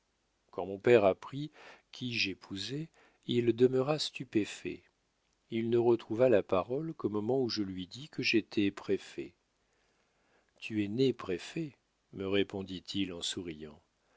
quand mon père apprit qui j'épousais il demeura stupéfait il ne retrouva la parole qu'au moment où je lui dis que j'étais préfet tu es né préfet me répondit-il en souriant